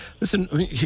Listen